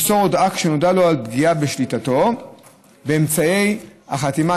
ימסור הודעה כשנודע לו על פגיעה בשליטתו באמצעי החתימה,